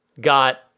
got